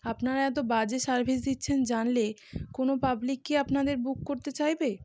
আপনারা এত বাজে সার্ভিস দিচ্ছেন জানলে কোনও পাবলিক কি আপনাদের বুক করতে চাইবে